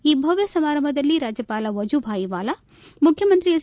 ಈ ಭವ್ಯ ಸಮಾರಂಭದಲ್ಲಿ ರಾಜ್ಯಪಾಲ ವಜೂಭಾಯಿ ವಾಲಾ ಮುಖ್ಯಮಂತ್ರಿ ಹೆಚ್